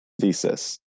thesis